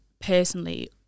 personally